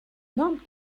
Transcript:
not